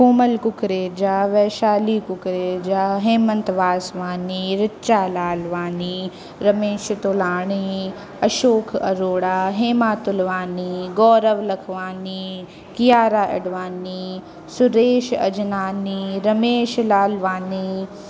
Komal Kukreja Vaishali Kukreja Hemant Vaswani Richa Lalwani Ramesh Tolani Ashok Arora Hema Tulwani Gaurav Lakhwani Kiara Advani Suresh Ajnani Ramesh Lalwani